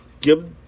Give